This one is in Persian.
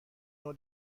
نوع